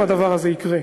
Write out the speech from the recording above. אם הדבר הזה יקרה,